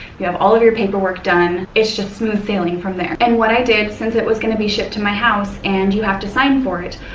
you have all of your paperwork done. it's just smooth sailing from there and what i did since it was going to be shipped to my house and you have to sign for it,